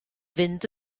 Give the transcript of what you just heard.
fynd